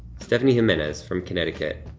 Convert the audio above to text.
stephanie jimenez from connecticut.